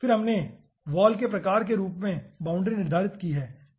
फिर हमने वॉल के प्रकार के रूप में बाउंड्री निर्धारित की है